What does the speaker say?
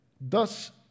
Thus